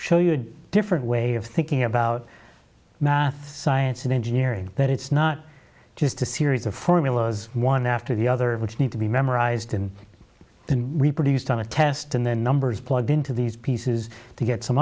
show you a different way of thinking about math science and engineering that it's not just a series of formulas one after the other which need to be memorized and been reproduced on a test in the numbers plugged into these pieces to get some